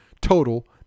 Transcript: total